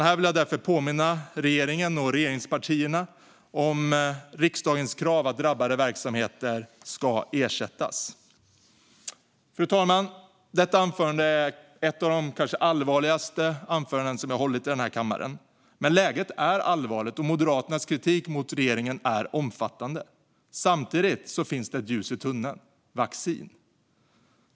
Här vill jag därför påminna regeringen och regeringspartierna om riksdagens krav om att drabbade verksamheter ska ersättas. Fru talman! Detta anförande är kanske ett av de allvarligaste jag har hållit i denna kammare. Men läget är allvarligt, och Moderaternas kritik mot regeringen är omfattande. Samtidigt finns ett ljus i tunneln: vaccin.